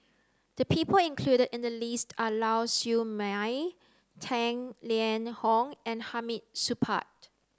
the people included in the list are Lau Siew Mei Tang Liang Hong and Hamid Supaat